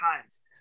times